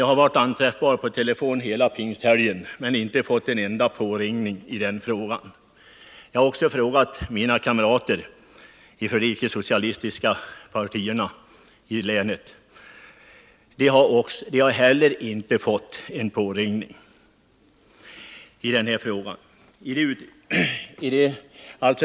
Jag har varit anträffbar på telefon hela pingsthelgen men inte fått en enda påringning. Jag har också frågat mina kamrater från de icke-socialistiska partierna i länet, men de har heller inte fått någon påringning i den här frågan.